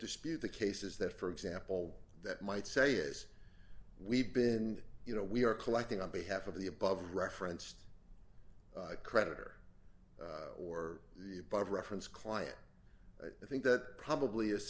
dispute the cases that for example that might say yes we've been you know we are collecting on behalf of the above referenced creditor or the above reference client i think that probably is